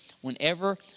Whenever